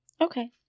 Okay